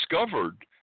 discovered